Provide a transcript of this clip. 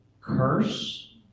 curse